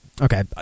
Okay